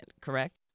correct